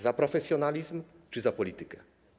Za profesjonalizm czy za politykę?